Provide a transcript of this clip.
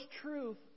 truth